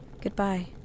Goodbye